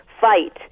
fight